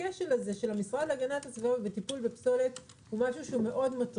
הכשל הזה של המשרד להגנת הסביבה בטיפול בפסולת מאוד מטריד.